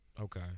Okay